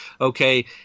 okay